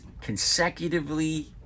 consecutively